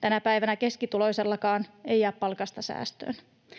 Tänä päivänä keskituloisellakaan ei jää palkasta säästöön.